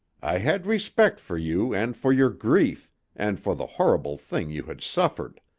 i had respect for you and for your grief and for the horrible thing you had suffered.